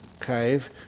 cave